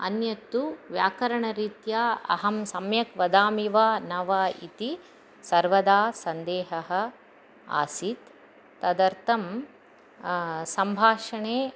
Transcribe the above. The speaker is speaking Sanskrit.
अन्यद् तु व्याकरणरीत्या अहं सम्यक् वदामि वा न वा इति सर्वदा सन्देहः आसीत् तदर्थं सम्भाषणे